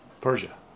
Persia